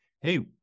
hey